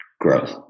growth